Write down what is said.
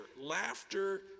Laughter